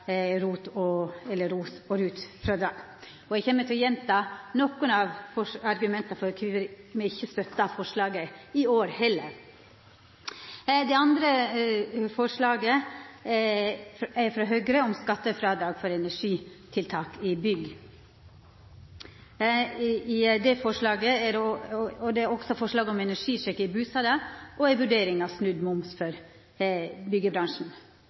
ROT- og RUT-frådrag. Eg kjem til å gjenta nokre av argumenta for kvifor me ikkje støttar forslaget i år heller. Det andre forslaget er frå Høgre, om skattefrådrag for energitiltak i bygg. Det er òg forslag om energisjekk i bustader og ei vurdering av snudd moms for